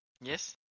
Yes